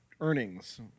earnings